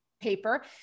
paper